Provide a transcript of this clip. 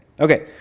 Okay